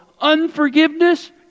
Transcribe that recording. Unforgiveness